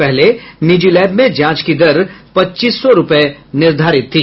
पहले निजी लैब में जांच की दर पच्चीस सौ रूपये निर्धारित थी